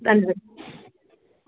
ಧನ್ಯವಾದ